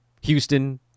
Houston